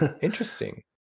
Interesting